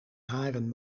haren